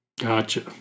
Gotcha